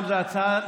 נעבור להצעות